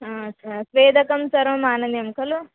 हा स्वेदकं सर्वम् आनीयं खलु